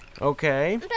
Okay